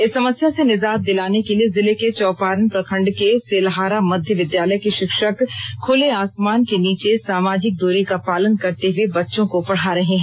इस समस्या से निजात दिलाने के लिए जिले के चौपारण प्रखंड के सेलहारा मध्य विद्यालय के शिक्षक खुले आसमान के नीचे सामाजिक द्री का पालन करते हुए बच्चों को पढा रहे है